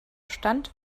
stand